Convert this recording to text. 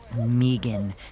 Megan